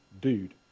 dude